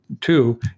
two